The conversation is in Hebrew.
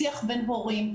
שיח בין הורים,